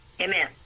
Amen